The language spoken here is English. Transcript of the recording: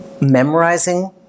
memorizing